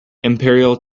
imperial